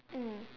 mm